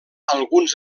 alguns